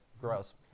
gross